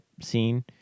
scene